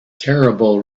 terrible